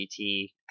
GT